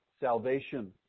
Salvation